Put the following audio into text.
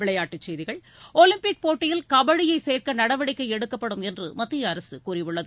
விளையாட்டுச் செய்திகள் ஒலிம்பிக் போட்டியில் கபடியை சேர்க்க நடவடிக்கை எடுக்கப்படும் என்று மத்திய அரசு கூறியுள்ளது